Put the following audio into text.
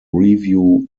review